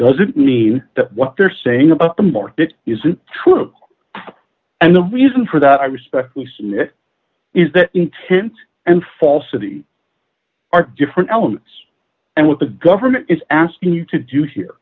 doesn't mean that what they're saying about the market isn't true and the reason for that i respectfully submit is that intent and falsity are different elements and what the government is asking you to do here